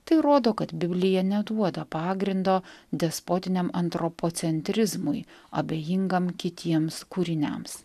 tai rodo kad biblija neduoda pagrindo despotiniam antropocentrizmui abejingam kitiems kūriniams